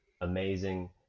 Amazing